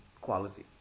quality